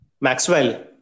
Maxwell